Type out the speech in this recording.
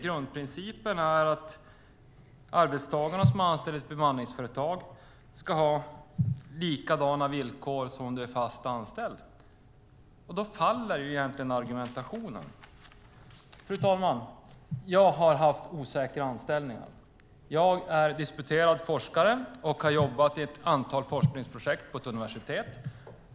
Grundprincipen är att arbetstagarna som är anställda i ett bemanningsföretag ska ha likadana villkor som de fast anställda. Då faller argumentationen. Fru talman! Jag har haft osäkra anställningar. Jag är disputerad forskare, och jag har jobbat i ett antal forskningsprojekt på ett universitet.